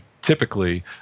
typically